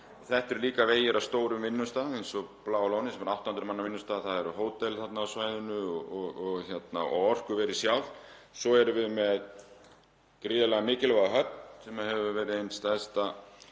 Þetta eru líka vegir að stórum vinnustað eins og Bláa lóninu, sem er 800 manna vinnustaður. Það eru hótel þarna á svæðinu og orkuverið sjálft. Svo erum við með gríðarlega mikilvæga höfn sem hefur verið ein stærsta